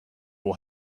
will